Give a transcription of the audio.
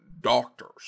doctors